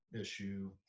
issue